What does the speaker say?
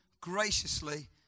graciously